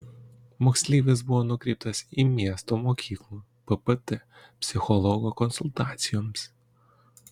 moksleivis buvo nukreiptas į miesto mokyklų ppt psichologo konsultacijoms